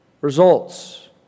results